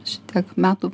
šitiek metų